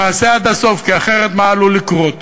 למעשה עד הסוף, כי אחרת מה עלול לקרות?